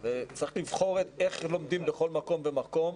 צריך לבחור איך לומדים בכל מקום ומקום.